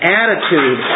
attitude